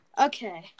Okay